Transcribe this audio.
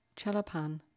Chalapan